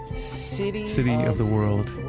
city city of the world,